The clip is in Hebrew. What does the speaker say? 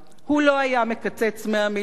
הוא לא היה מקצץ 100 מיליון שקלים,